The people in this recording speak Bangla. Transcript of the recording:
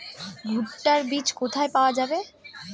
ভুট্টার বিজ কোথায় পাওয়া যাবে?